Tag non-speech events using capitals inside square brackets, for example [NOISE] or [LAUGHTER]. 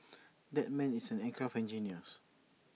[NOISE] that man is an aircraft engineers